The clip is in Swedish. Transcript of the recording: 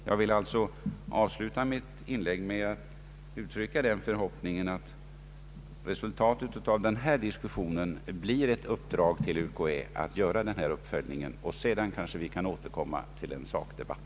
Jag vill också avsluta mitt inlägg med att uttrycka den förhoppningen, att resultatet av den här diskussionen blir ett uppdrag till UKÄ att göra denna uppföljning. Sedan kanske vi kan återkomma till en sakdebatt.